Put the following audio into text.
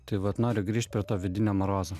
tai vat noriu grįžt prie to vidinio marozo